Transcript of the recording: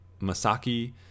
Masaki